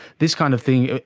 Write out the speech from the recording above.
this kind of thing.